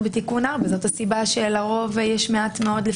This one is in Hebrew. בתיקון 4. זאת הסיבה שלרוב יש מעט מאוד,